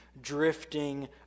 drifting